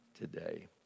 today